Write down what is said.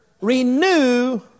renew